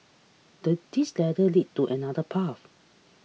the this ladder leads to another path